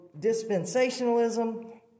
dispensationalism